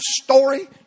story